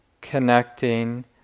connecting